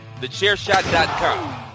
thechairshot.com